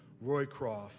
Roycroft